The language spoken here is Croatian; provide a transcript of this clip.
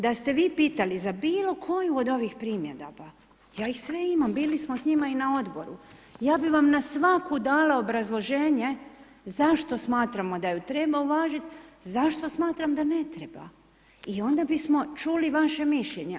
Da ste vi pitali za bilo koju od ovih primjedaba ja ih sve imam, bilo smo s njima i na odboru, ja bih vam na svaku dala obrazloženje zašto smatramo da ju treba uvažiti, zašto smatram da ne treba i onda bismo čuli vaše mišljenje.